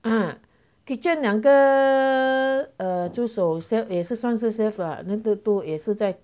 ah kitchen 两个 err 助手也是算是 chef 了那个 two 也是在